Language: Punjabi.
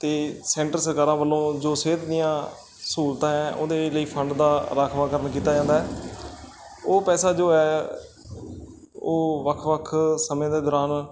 ਅਤੇ ਸੈਂਟਰ ਸਰਕਾਰਾਂ ਵੱਲੋਂ ਜੋ ਸਿਹਤ ਦੀਆਂ ਸਹੂਲਤਾਂ ਹੈ ਉਸ ਦੇ ਲਈ ਫੰਡ ਦਾ ਰਾਖਵਾਂਕਰਨ ਕੀਤਾ ਜਾਂਦਾ ਹੈ ਉਹ ਪੈਸਾ ਜੋ ਹੈ ਉਹ ਵੱਖ ਵੱਖ ਸਮੇਂ ਦੇ ਦੌਰਾਨ